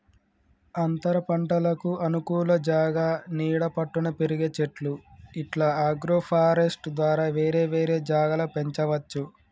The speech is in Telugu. అంతరపంటలకు అనుకూల జాగా నీడ పట్టున పెరిగే చెట్లు ఇట్లా అగ్రోఫారెస్ట్య్ ద్వారా వేరే వేరే జాగల పెంచవచ్చు